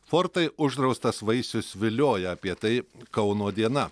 fortai uždraustas vaisius vilioja apie tai kauno diena